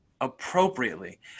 appropriately